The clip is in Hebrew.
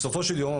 בסופו של יום,